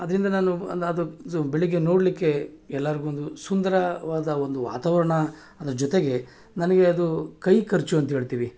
ಅದರಿಂದ ನಾನು ಅಂದ್ರೆ ಅದು ಇದು ಬೆಳಗ್ಗೆ ನೋಡಲಿಕ್ಕೆ ಎಲ್ಲರಿಗೊಂದು ಸುಂದರಾವಾದ ಒಂದು ವಾತಾವರಣ ಅದ್ರ ಜೊತೆಗೆ ನನಗೆ ಅದು ಕೈ ಖರ್ಚು ಅಂಥೇಳ್ತೀವಿ